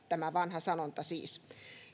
tämä vanha sanonta on hyvin oikeassa